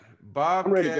bob